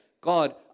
God